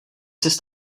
sis